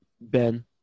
Ben